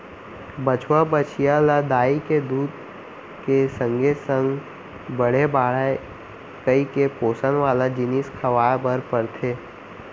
बछवा, बछिया ल दाई के दूद के संगे संग बने बाढ़य कइके पोसन वाला जिनिस खवाए बर परथे